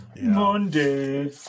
Monday